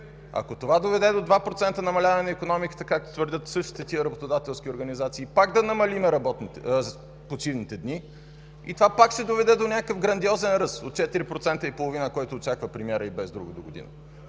Ако това доведе до 2% намаляване на икономиката, както твърдят същите тези работодателски организации, пак да намалим почивните дни и това пак ще доведе до някакъв грандиозен ръст 4,5%, което очаква премиера и без друго догодина.